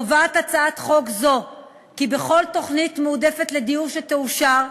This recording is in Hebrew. קובעת הצעת חוק זו כי בכל תוכנית מועדפת לדיור שתאושר,